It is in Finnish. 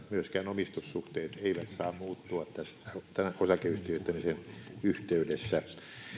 myöskään omistussuhteet eivät saa muuttua tämän osakeyhtiöittämisen yhteydessä